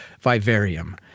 vivarium